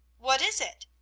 what is it?